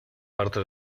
parte